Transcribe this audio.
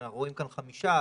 אנחנו רואים כאן חמישה.